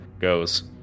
goes